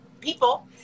people